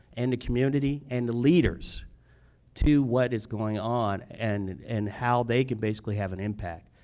and the community, and the leaders to what is going on and and how they can basically have an impact.